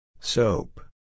Soap